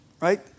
right